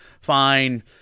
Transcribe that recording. fine